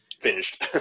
finished